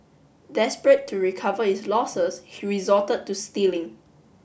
desperate to recover his losses he resorted to stealing